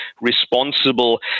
responsible